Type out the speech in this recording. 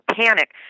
panic